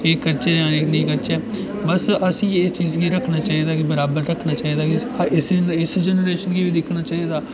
एह् करचै जां एह् नेईं करचै बस अस एह् चीज गी रक्खना चाहिदा कि बराबर रक्खना चाहिदा कि हर इस इस जैनरेशन गी बी दिक्खना चाहिदा